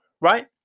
right